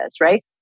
right